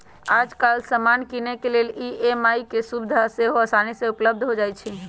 याजकाल समान किनेके लेल ई.एम.आई के सुभिधा सेहो असानी से उपलब्ध हो जाइ छइ